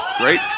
Great